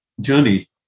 journey